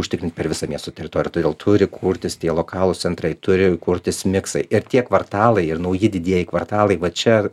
užtikrinti per visą miesto teritoriją todėl turi kurtis tie lokalūs centrai turi kurtis miksai ir tie kvartalai ir nauji didieji kvartalai va čia